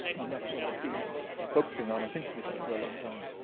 and that's what i've been focusing on and thinking about for a long time.